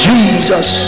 Jesus